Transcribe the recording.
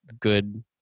good